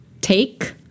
take